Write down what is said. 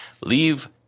leave